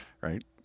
Right